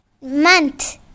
month